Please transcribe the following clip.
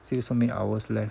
still so many hours left